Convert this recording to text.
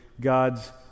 God's